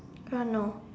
uh no